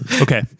Okay